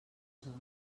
zona